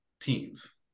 teams